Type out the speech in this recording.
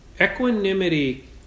Equanimity